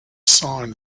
sign